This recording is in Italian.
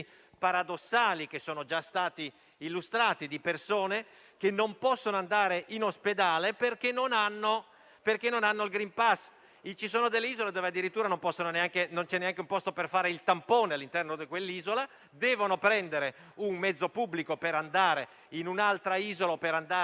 paradossali, che sono già stati illustrati, di persone che non possono andare in ospedale, perché non hanno il *green pass*. Ci sono delle isole in cui addirittura non c'è neanche un posto per fare il tampone, all'interno dell'isola, e quindi gli abitanti devono prendere un mezzo pubblico per andare in un'altra isola o per andare